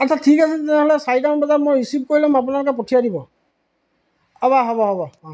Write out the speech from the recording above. আচ্ছা ঠিক আছে তেতিয়াহ'লে চাৰিটামান বজাত মই ৰিচিভ কৰি ল'ম আপোনালোকে পঠিয়াই দিবা হ'ব হ'ব হ'ব অঁ